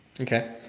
Okay